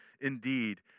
indeed